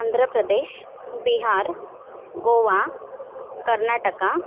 Andhra Pradesh Bihar Goa Karnataka